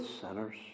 sinners